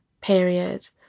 period